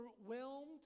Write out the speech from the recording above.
overwhelmed